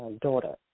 daughter